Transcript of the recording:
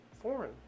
foreign